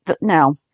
No